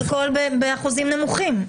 אלכוהול באחוזים נמוכים.